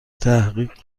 تحقیق